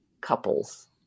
couples